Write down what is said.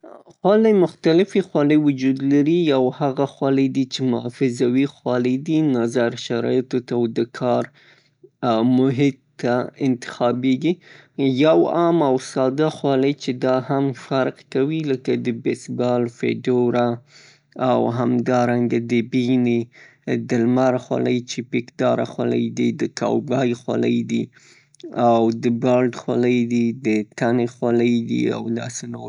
خولې مختلفې خولې وجود لري یو هغه دي چې محافظوي خولې دي نظر شرایطو ته او د کار محیط ته انتخابیږي یو عام او ساده خولي چی دا هم فرق کوي لکه د بیس ګال، فیدوره او همدارنګه د بینی، د لمر خولۍ چې پیکداره خولۍ دي، د کوبای خولۍ دي او د ګارد خولۍ د تنې خولۍ دي او داسې نور.